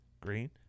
green